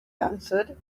answered